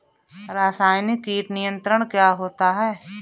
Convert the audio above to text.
रसायनिक कीट नियंत्रण क्या होता है?